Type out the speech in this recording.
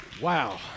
Wow